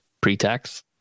pre-tax